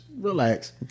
relax